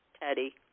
Teddy